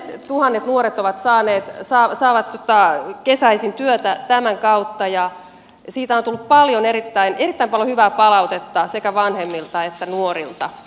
siis kymmenettuhannet nuoret saavat kesäisin työtä tämän kautta ja siitä on tullut erittäin paljon hyvää palautetta sekä vanhemmilta että nuorilta